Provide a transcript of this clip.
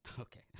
Okay